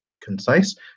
concise